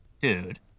dude